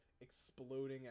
exploding